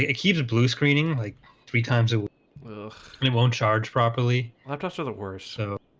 ah heated blue screening like three times. ah and it won't charge properly laptops are the worst so